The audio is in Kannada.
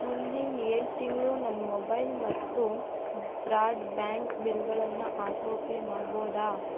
ಮುಂದಿನ ಏಳು ತಿಂಗಳು ನನ್ನ ಮೊಬೈಲ್ ಮತ್ತು ಬ್ರಾಡ್ ಬ್ಯಾಂಡ್ ಬಿಲ್ಗಳನ್ನು ಆಟೋ ಪೇ ಮಾಡಬೋದೇ